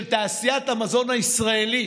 של תעשיית המזון הישראלית,